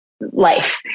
life